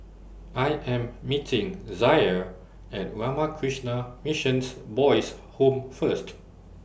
I Am meeting Zaire At Ramakrishna Mission Boys' Home First